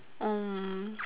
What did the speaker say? uh